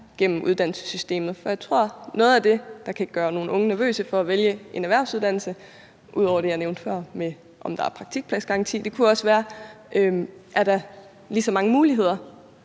gennem uddannelsessystemet, for jeg tror, at noget af det, der kan gøre nogle unge nervøse for at vælge en erhvervsuddannelse – ud over det, jeg nævnte før, med hensyn til om der er praktikpladsgaranti – kunne være, om der er lige så mange muligheder